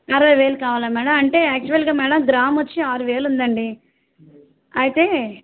అరవై వేలు కావాలా మేడం అంటే యచ్యువల్గా మేడం గ్రాము వచ్చి ఆరు వేలు ఉంది అండి అయితే